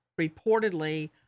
reportedly